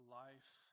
life